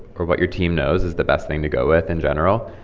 or what your team knows is the best thing to go with in general,